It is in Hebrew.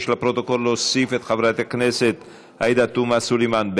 32 בעד, אפס מתנגדים, אפס נמנעים.